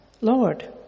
Lord